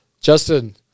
Justin